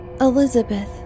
Elizabeth